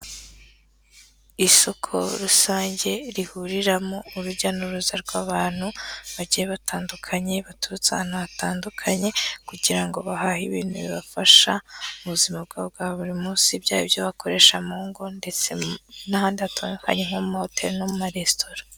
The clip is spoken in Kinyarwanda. Isoko rusange rihurira mu urujya n'uruza rw'abantu bagiy batandukanye, baturutse ahantu hatandukanye kugira ngo bahabwe ibintu bibafasha mu buzima bwabo bwa buri munsi, byaba ibyo bakoresha mu ngo ndetse n'ahandi hatandukanye nko mumahoteli ndetse n'ama resitora.